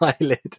eyelid